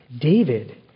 David